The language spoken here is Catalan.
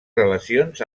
relacions